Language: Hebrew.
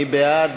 מי בעד?